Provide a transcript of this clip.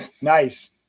nice